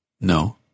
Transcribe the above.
No